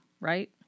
Right